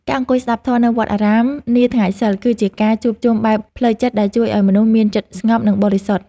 ការអង្គុយស្ដាប់ធម៌នៅវត្តអារាមនាថ្ងៃសីល គឺជាការជួបជុំបែបផ្លូវចិត្តដែលជួយឱ្យមនុស្សមានចិត្តស្ងប់និងបរិសុទ្ធ។